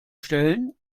stellen